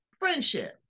Friendship